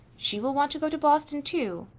she will want to go to boston too,